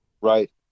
Right